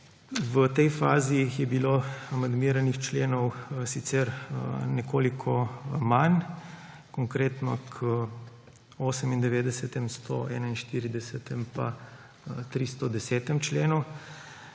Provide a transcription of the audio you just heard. V tej fazi je bilo amandmiranih členov sicer nekoliko manj, konkretno k 98., 141. pa 310. členu.